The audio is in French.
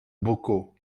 bocaux